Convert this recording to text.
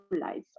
life